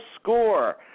score